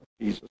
Jesus